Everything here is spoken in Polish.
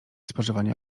spożywanie